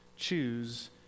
choose